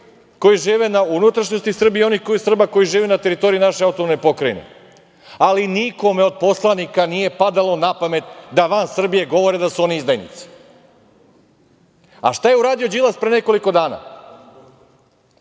koji žive u unutrašnjosti Srbije i onih Srba koji žive na teritorije naše autonomne pokrajine. Ali, nikome od poslanika nije padalo na pamet da van Srbije govore da su oni izdajnici. Šta je uradio Đilas pre nekoliko dana?